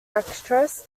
actress